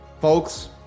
Folks